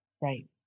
right